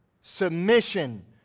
submission